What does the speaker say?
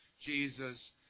Jesus